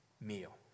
meal